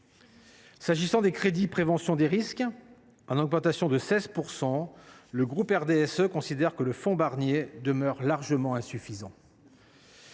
crédits alloués à la prévention des risques, en augmentation de 16 %, le groupe RDSE considère que le fonds Barnier demeure largement insuffisant.